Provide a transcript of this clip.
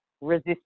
resist